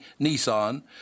Nissan